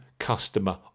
customer